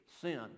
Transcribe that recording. Sin